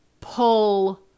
pull